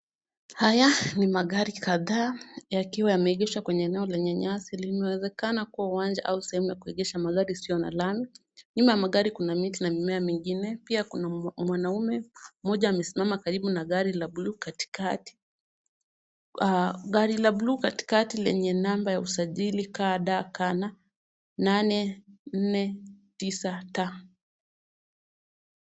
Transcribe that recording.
Haya ni magari kadhaa yakiwa yameegeshwa kwenye eneo lenye nyasi linawezekana kuwa uwanja au sehemu ya kuegesha magari isiyo na lami. Nyuma ya magari kuna miti na mimea mingine, pia kuna mwanaume mmoja amesimama karibu na gari la bluu katikati. Gari la bluu katikati lenye namba ya usajili KDK 849T.